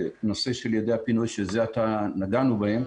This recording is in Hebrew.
נושא של יעדי הפינוי שזה עתה נגענו בהם.